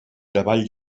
davall